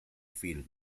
filme